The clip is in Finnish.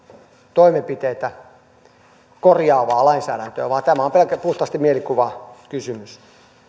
toimenpiteitä korjaavaa lainsäädäntöä vaan tämä on pelkkä puhtaasti mielikuvakysymys